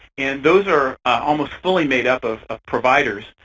and those are almost fully made up of ah providers,